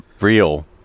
real